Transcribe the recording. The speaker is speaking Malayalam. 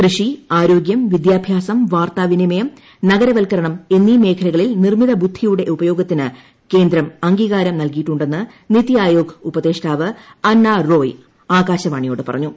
കൃഷി ആരോഗ്യം വിദ്യാഭ്യാസം വാർത്താവിനിമയം നഗരവൽക്കരണം എന്നീ മേഖലഖലകളിൽ നിർമ്മിത ബുദ്ധിയുടെ ഉപയോഗത്തിന് കേന്ദ്രം അംഗീകാരം നൽകിയിട്ടുണ്ടെന്ന് ന്റീതി ആയോഗ് ഉപദേഷ്ടാവ് അന്നാ റോയ് ആകാശവാണിയോട് പറഞ്ഞു